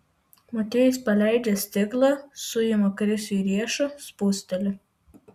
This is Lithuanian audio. motiejus paleidžia stiklą suima krisiui riešą spusteli